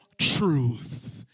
truth